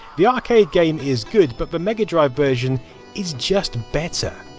the arcade game is good, but the mega drive version is just better.